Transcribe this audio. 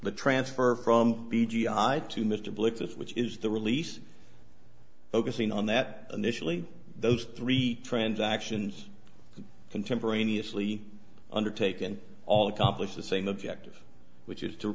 the transfer from the g i to mr blix this which is the release focusing on that initially those three transactions contemporaneously undertaken all accomplish the same objective which is to